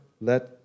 let